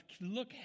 Look